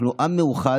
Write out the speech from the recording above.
אנחנו עם מאוחד,